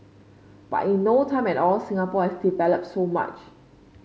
but in no time at all Singapore has developed so much